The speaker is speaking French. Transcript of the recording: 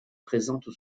présente